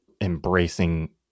embracing